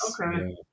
okay